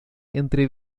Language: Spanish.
entre